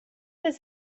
does